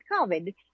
COVID